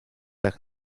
tak